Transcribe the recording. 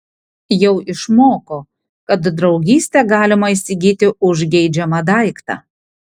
jau išmoko kad draugystę galima įsigyti už geidžiamą daiktą